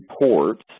reports